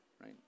right